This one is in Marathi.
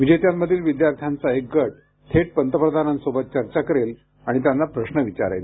विजेत्यांमधील विद्यार्थ्यांचा एक गट थेट पंतप्रधानांसोबत चर्चा करेल आणि त्यांना प्रश्न विचारेल